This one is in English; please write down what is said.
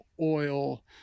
oil